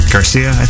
Garcia